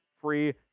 free